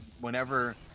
whenever